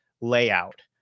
layout